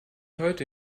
heute